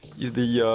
you the